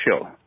show